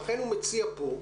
לכן הוא מציע פה,